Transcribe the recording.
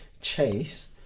chase